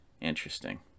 Interesting